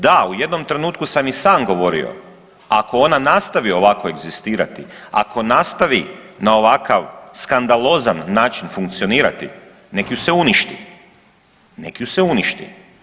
Da, u jednom trenutku sam i sam govorio ako ona nastaviti ovako egzistirati, ako nastavi na ovakav skandalozan način funkcionirati nek ju se uništi, nek ju se uništi.